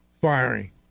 firing